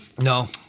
No